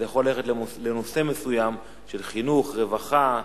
זה יכול ללכת לנושא מסוים, חינוך, רווחה,